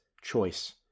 choice